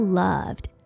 loved